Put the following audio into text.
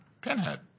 Pinhead